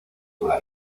you